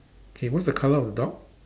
K what's the colour of the dog